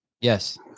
yes